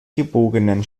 gebogenen